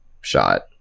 shot